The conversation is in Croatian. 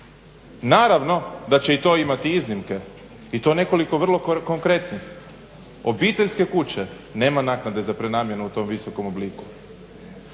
Naravno da će i to imati iznimke i to nekoliko vrlo konkretnih. Obiteljske kuće. Nema naknade za prenamjenu u tom visokom obliku,